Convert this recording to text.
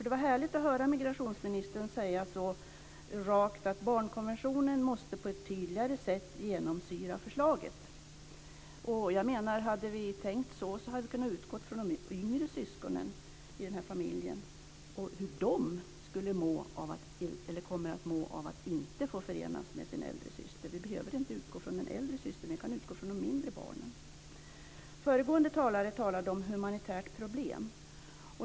Det var härligt att höra migrationsministern säga så rakt att barnkonventionen måste på ett tydligare sätt genomsyra förslaget. Om vi hade tänkt så, hade vi kunnat utgå från de yngre syskonen i familjen och hur de kommer att må av att inte få förenas med sin äldre syster. Vi behöver inte utgå från den äldre systern, utan vi kan utgå från de mindre barnen. Föregående talare talade om humanitära problem.